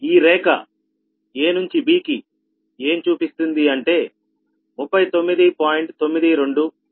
ఈ రేఖ A నుంచి B కి ఏం చూపిస్తుంది అంటే 39